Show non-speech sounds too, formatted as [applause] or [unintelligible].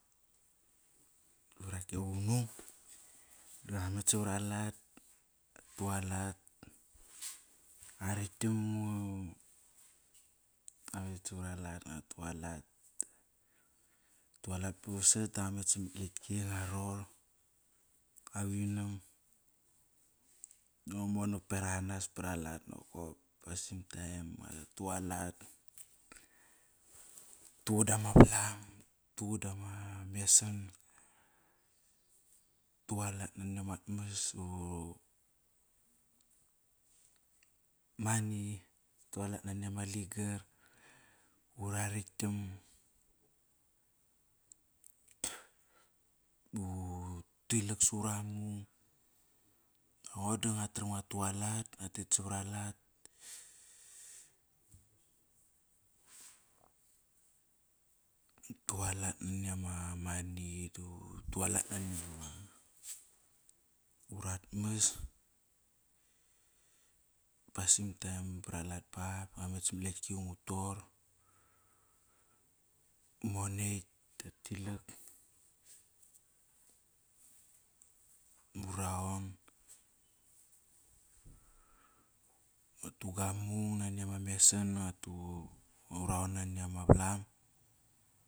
Varak ke qunung, daramet savar alat, ta tualat, ngua rokt giam [hesitation] Ngu met sovar alat ngua tualat. Ngua tualat ba vasat, da ngua met samat lekti ngua ror, ngua vinam, da ngua monak berak anas par alat nokop, pasim taem, ngua tualat. Tuqud dama volam tuqudama mesan utualat nani amat mas [hesitation] mani utualat nani ama ligar. Ura raktgam, utilak sura mung, ngo do ngu tram ngua tualat, ngua tet savar alat. Ututalat nani ama mani da utualat nani ama, urat mas. Pasim taem bara lat ba ba ngua met samat lekti ngu tor. Ngo nekt, ngua tilak, ngu raon, ngua tu gua mung nani ama mesan [unintelligible] ngu raon nani ama valam.